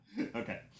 Okay